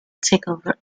takeover